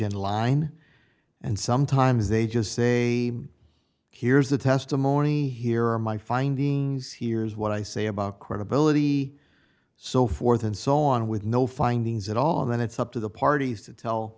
and line and sometimes they just say here's the testimony here are my findings here's what i say about credibility so forth and so on with no findings at all and then it's up to the parties to tell